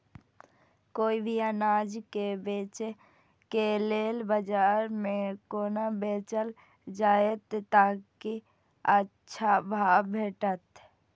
कोय भी अनाज के बेचै के लेल बाजार में कोना बेचल जाएत ताकि अच्छा भाव भेटत?